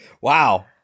Wow